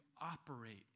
operate